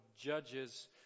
Judges